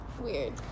weird